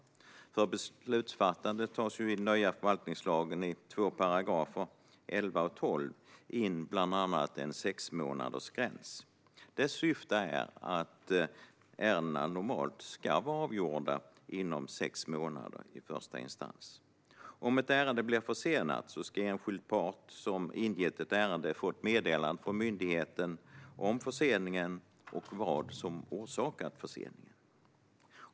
För beslutsfattandet tas i den nya förvaltningslagen i två paragrafer, 11 och 12, bland annat in en sexmånadersgräns. Dess syfte är att ärendena normalt ska vara avgjorda inom sex månader i första instans. Om ett ärende blir försenat ska enskild part som ingett ett ärende få ett meddelande från myndigheten om förseningen och vad som orsakat den.